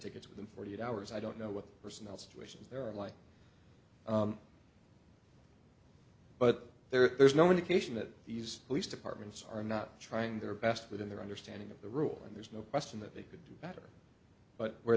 ticket within forty eight hours i don't know what personnel situations there are like but there's no indication that these police departments are not trying their best within their understanding of the rules and there's no question that they could do better but where